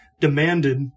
demanded